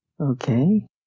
Okay